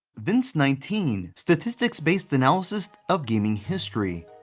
vince nineteen statistics base analysis of gaming history.